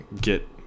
get